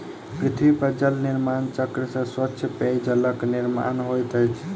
पृथ्वी पर जल निर्माण चक्र से स्वच्छ पेयजलक निर्माण होइत अछि